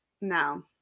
no